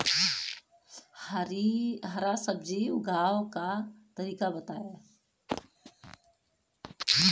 हरा सब्जी उगाव का तरीका बताई?